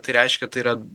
tai reiškia tai yra